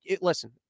listen